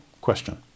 question